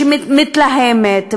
שמתלהמת,